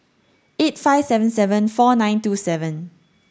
eight five seven seven four nine two seven